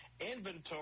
inventory